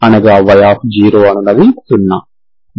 అనగా y అనునది 0